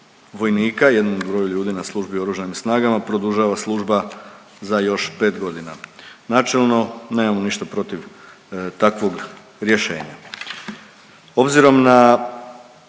vojnika, jednom broju ljudi na službi u oružanim snagama produžava služba za još 5 godina. Načelno nemamo ništa protiv takvog rješenja.